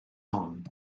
hon